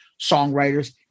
songwriters